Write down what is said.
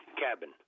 cabin